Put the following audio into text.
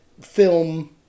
film